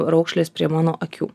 raukšlės prie mano akių